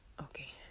okay